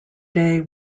day